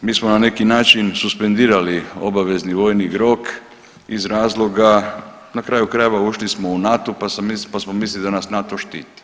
Mi smo na neki način suspendirali obavezni vojni rok iz razloga na kraju krajeva ušli smo u NATO pa smo mislili da nas NATO štiti.